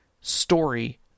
story